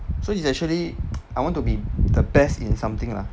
so it's actually I want to be the best in something lah